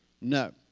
No